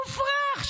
מופרך,